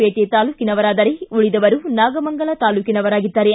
ಪೇಟೆ ತಾಲ್ಲೂಕಿನವರಾದರೆ ಉಳಿದವರು ನಾಗಮಂಗಲ ತಾಲ್ಲೂಕಿನವರಾಗಿದ್ದಾರೆ